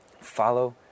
Follow